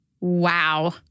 wow